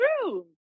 true